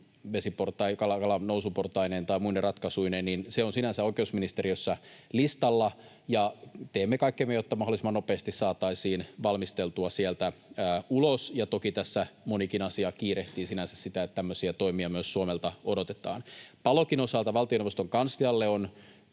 kalanousuportaineen tai muine ratkaisuineen, on sinänsä oikeusministeriössä listalla, ja teemme kaikkemme, jotta mahdollisimman nopeasti se saataisiin valmisteltua sieltä ulos. Toki tässä monikin asia kiirehtii sinänsä sitä, että tämmöisiä toimia myös Suomelta odotetaan. Palokin osalta valtioneuvoston kanslialle on